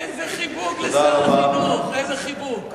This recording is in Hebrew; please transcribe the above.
איזה חיבוק לשר החינוך, איזה חיבוק.